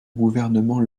gouvernement